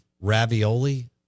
ravioli